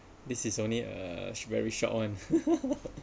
this is only a very short one